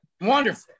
Wonderful